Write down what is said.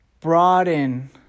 broaden